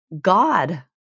God